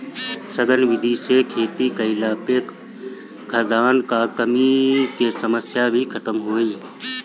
सघन विधि से खेती कईला पे खाद्यान कअ कमी के समस्या भी खतम होई